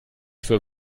für